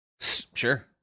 Sure